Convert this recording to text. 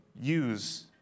Use